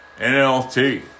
NLT